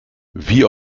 wie